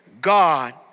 God